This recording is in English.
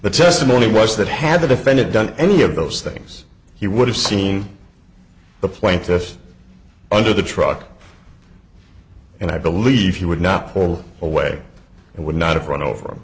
the testimony was that had the defendant done any of those things he would have seen the plaintiff under the truck and i believe he would not pull away and would not have run over